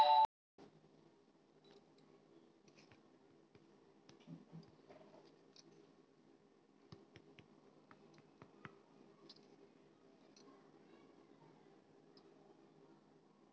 EMI पर car कैसे मिलतै औ कोन डाउकमेंट लगतै?